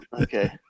Okay